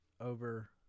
over